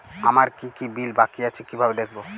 আমার কি কি বিল বাকী আছে কিভাবে দেখবো?